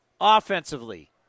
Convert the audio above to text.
Offensively